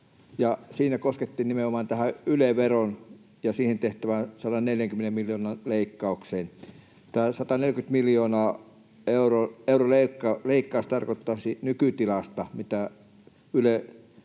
Siinä koskettiin nimenomaan Yle-veroon, ja siihen tehtäisiin 140 miljoonan leikkaus. Tämä 140 miljoonan euron leikkaus tarkoittaisi nykytilasta, mitä Yle